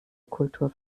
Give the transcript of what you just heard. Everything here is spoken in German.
kultur